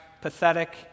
pathetic